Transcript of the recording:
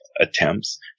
attempts